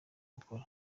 gukora